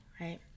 right